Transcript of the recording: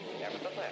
Nevertheless